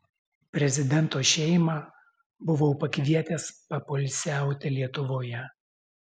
prezidento šeimą buvau pakvietęs papoilsiauti lietuvoje